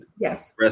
Yes